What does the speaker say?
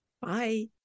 Bye